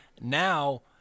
Now